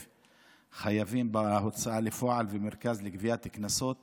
חייבים בהוצאה לפועל ובמרכז לגביית קנסות